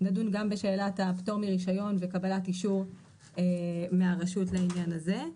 נדון גם בשאלת הפטור מרישיון וקבלת אישור להרשות לעניין הזה.